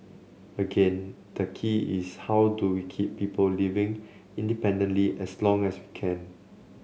again the key is how do we keep people living independently as long as we can